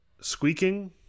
Squeaking